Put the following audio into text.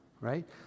right